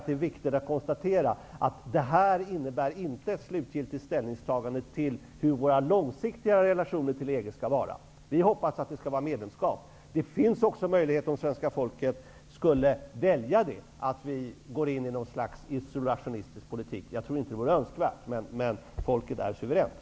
Det är viktigt att konstatera att EES-avtalet inte innebär ett slutgiltigt ställningstagande till hur Sveriges långsiktiga relationer till EG skall vara. Vi hoppas att det skall bli ett medlemskap, men det finns också möjlighet att gå in i något slags isolationistisk politik, om svenska folket skulle välja det. Det tror jag inte vore önskvärt, men folket är suveränt.